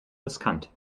riskant